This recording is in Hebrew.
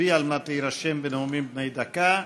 נצביע על מנת להירשם, לנאומים בני דקה.